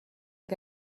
que